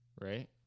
Right